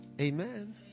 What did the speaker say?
Amen